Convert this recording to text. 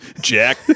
jack